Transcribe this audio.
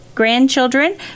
grandchildren